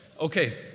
Okay